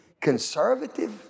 conservative